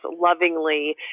lovingly